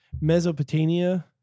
Mesopotamia